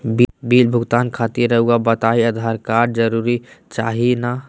Bill भुगतान खातिर रहुआ बताइं आधार कार्ड जरूर चाहे ना?